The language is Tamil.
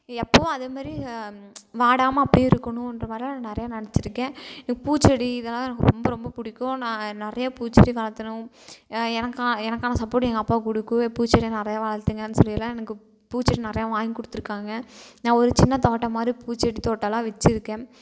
இ எப்பவும் அதேமாரி வாடாமல் அப்டி இருக்கணுன்ற மாதிரி நான் நிறையா நினச்சிருக்கேன் இப்போ பூச்செடி இதலாம் எனக்கு ரொம்ப ரொம்ப பிடிக்கும் நான் நிறையா பூச்செடி வளர்த்தணும் எனக்கா எனக்கான சப்போர்ட் எங்கள் அப்பா குடுக்கும் பூச்செடி நிறையா வளர்த்துங்கன் சொல்லிலாம் எனக்கு பூச்செடி நிறையா வாய்ங் கொடுத்துருக்காங்க நான் ஒரு சின்ன தோட்டம் மாதிரி பூச்செடி தோட்டோலாம் வச்சிருக்கேன்